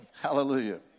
Hallelujah